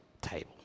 table